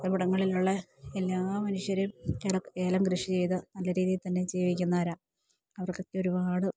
ഇവിടങ്ങളിലുള്ള എല്ലാ മനുഷ്യരും ഏലം കൃഷി ചെയ്ത് നല്ല രീതിയിൽ തന്നെ ജീവിക്കുന്നവരാ അവർക്കൊക്കെ ഒരുപാട്